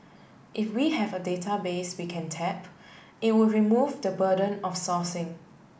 if we have a database we can tap it would remove the burden of sourcing